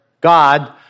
God